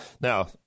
now